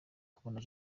kubona